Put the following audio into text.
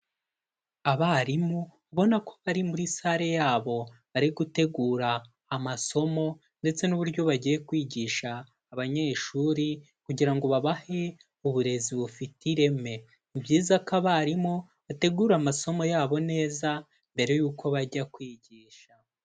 Abarimu ubona ko ari muri sale yabo ari gutegura amasomo ndetse n'uburyo bagiye kwigisha abanyeshuri kugira ngo babahe uburezi bufite ireme, ni byiza ko abarimu bategura amasomo yabo neza mbere y'uko bajya kwigisha.